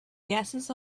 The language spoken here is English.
gases